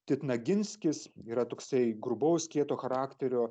titnaginskis yra toksai grubaus kieto charakterio